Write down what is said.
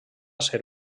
ser